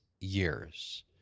years